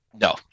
No